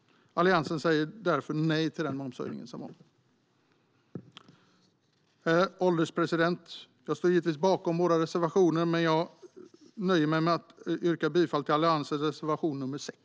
Alliansen säger därför nej till momshöjningen. Herr ålderspresident! Jag står givetvis bakom alla våra reservationer, men jag nöjer mig med att yrka bifall till Alliansens reservation nr 6.